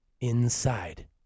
inside